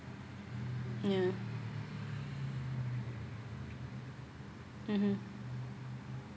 yeah mmhmm